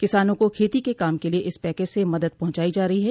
किसानों को खेती के काम के लिए इस पैकेज से मदद पहुंचायी जा रही है